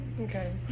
Okay